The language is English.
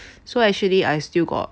so actually I still got